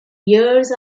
years